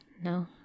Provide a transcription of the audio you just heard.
no